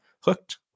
hooked